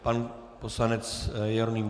Pan poslanec Jeroným